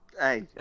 Hey